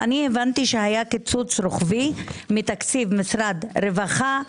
אני הבנתי שהיה קיצוץ רוחבי מתקציב משרד הרווחה,